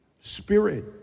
spirit